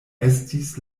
estis